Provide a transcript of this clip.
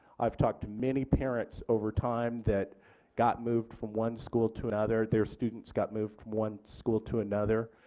i've talked to many parents over time that got moved from one school to another their students got moved one school to another,